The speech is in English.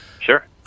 Sure